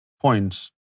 points